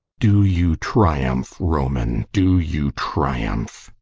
do you triumph, roman? do you triumph?